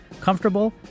comfortable